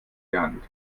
gehandelt